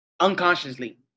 unconsciously